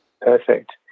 Perfect